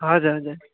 हजुर हजुर